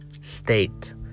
state